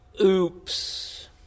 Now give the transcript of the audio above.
oops